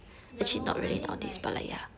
ya lor I mean like